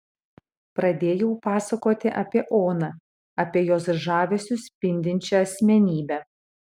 pradėjau pasakoti apie oną apie jos žavesiu spindinčią asmenybę